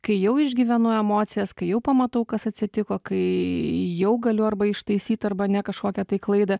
kai jau išgyvenu emocijas kai jau pamatau kas atsitiko kai jau galiu arba ištaisyt arba ne kažkokią tai klaidą